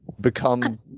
become